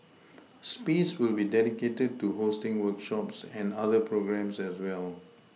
space will be dedicated to hosting workshops and other programmes as well